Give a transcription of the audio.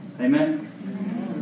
Amen